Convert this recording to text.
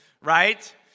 Right